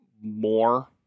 more